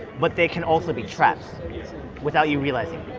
but they can also be traps without you realizing.